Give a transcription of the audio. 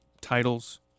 titles